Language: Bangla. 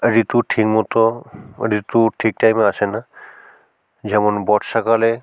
ঋতুর ঠিকমতো ঋতু ঠিক টাইমে আসে না যেমন বর্ষাকালে